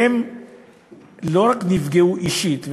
הם לא רק נפגעו אישית.